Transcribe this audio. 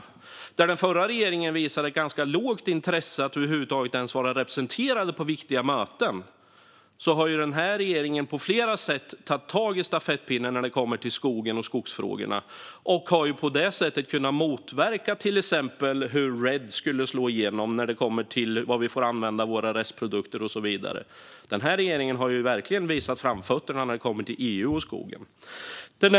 Medan den förra regeringen visade ett ganska litet intresse för att över huvud taget vara representerad på viktiga möten har denna regering på flera sätt tagit tag i stafettpinnen när det gäller skogen och skogsfrågorna och på så sätt kunnat motverka till exempel hur RED skulle slå igenom i fråga om hur vi får använda våra restprodukter. Den här regeringen har verkligen visat framfötterna när det gäller EU och skogen.